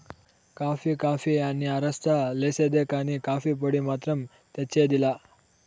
coffee coffee అని అరస్తా లేసేదే కానీ, కాఫీ పొడి మాత్రం తెచ్చేది లా